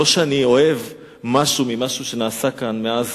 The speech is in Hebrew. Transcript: זה לא שאני אוהב משהו שנעשה כאן מאז